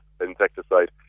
insecticide